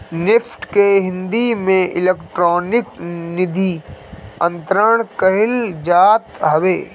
NEFT के हिंदी में electronic निधि अंतरण कहल जात हवे